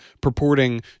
purporting